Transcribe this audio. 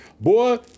Boy